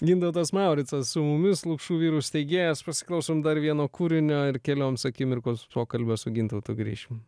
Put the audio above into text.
gintautas mauricas su mumis lukšų vyrų steigėjas pasiklausom dar vieno kūrinio ir kelioms akimirkos pokalbio su gintautu grįšim